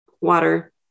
water